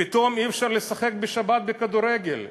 פתאום אי-אפשר לשחק כדורגל בשבת.